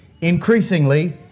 increasingly